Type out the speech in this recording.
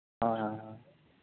ᱦᱳᱭ ᱦᱳᱭ ᱦᱳᱭ